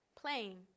playing